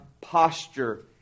posture